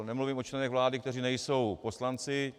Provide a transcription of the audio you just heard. Nemluvím o členech vlády, kteří nejsou poslanci.